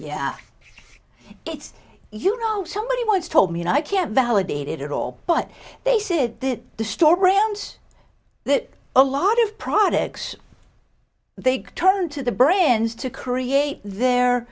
yeah it's you know somebody once told me and i can't validate it at all but they said that the store brands that a lot of products they turn to the brands to create their